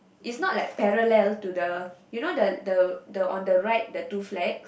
is not like parallel to the you know the the the on the right the two flags